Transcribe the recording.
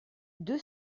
deux